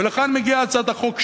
ולכאן מגיעה הצעת החוק שלי,